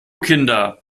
kinder